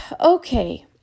okay